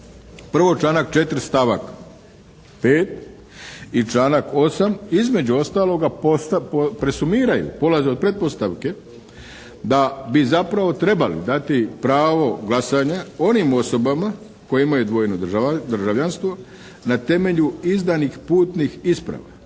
Prvo članak 4. stavak 5. i članak 8. između ostaloga presumiraju, polaze od pretpostavke da bi zapravo trebali dati pravo glasanja onim osobama koje imaju dvojno državljanstvo na temelju izdanih putnih isprava